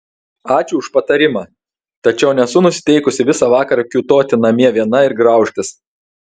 ačiū už patarimą tačiau nesu nusiteikusi visą vakarą kiūtoti namie viena ir graužtis